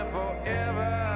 forever